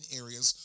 areas